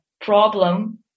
problem